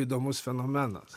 įdomus fenomenas